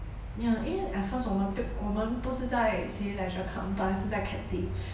ya 因为 at first 我们我们不是在 cineleisure 看我们本来是在 cathay